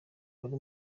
wari